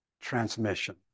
transmission